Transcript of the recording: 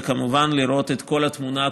הוא כמובן לראות את כל התמונה,